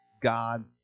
God